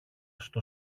στο